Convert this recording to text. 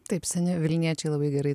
taip seni vilniečiai labai gerai